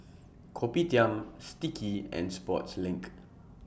Kopitiam Sticky and Sportslink